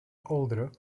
older